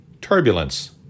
Turbulence